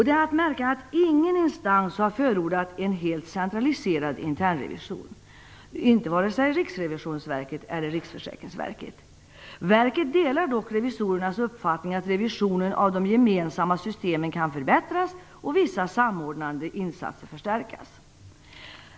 Det är att märka att ingen instans har förordat en helt centraliserad internrevision, inte vare sig Riksrevisionsverket eller Riksförsäkringsverket. Verken delar dock revisorernas uppfattning att revisionen av de gemensamma systemen kan förbättras och vissa samordnande insatser förstärkas.